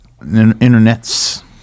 Internets